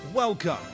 Welcome